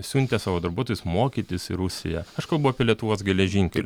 siuntė savo darbuotojus mokytis į rusiją aš kalbu apie lietuvos geležinkeliu